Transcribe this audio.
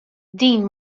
din